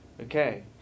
Okay